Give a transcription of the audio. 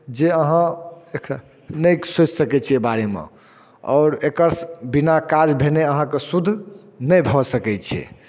जे अहाँ एकरा नहि सोचि सकै छियै एहि बारेमे आओर एकर बिना काज भेने अहाँके शुद्ध नहि भऽ सकै छै